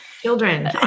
children